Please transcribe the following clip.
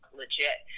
legit